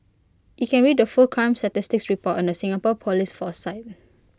you can read the full crime statistics report on the Singapore Police force site